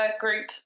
group